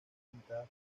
pintadas